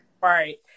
Right